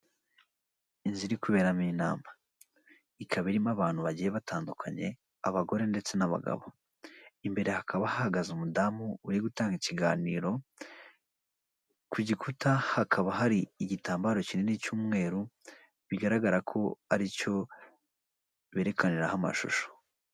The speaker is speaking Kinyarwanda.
Inzu iri kuberamo inama, ikaba irimo abantu bagiye batandukanye abagore ndetse n'abagabo, imbere hakaba hahagaze umudamu uri gutanga ikiganiro, ku gikuta hakaba hari igitambaro kinini cy'umweru bigaragara ko ari cyo berekaniraho amashusho.